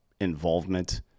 involvement